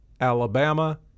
Alabama